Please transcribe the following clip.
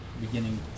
beginning